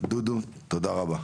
דודו תודה רבה,